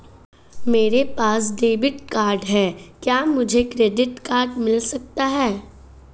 मेरे पास debit card है क्या मुझे क्रेडिट कार्ड भी मिल सकता है?